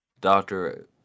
Doctor